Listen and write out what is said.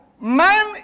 man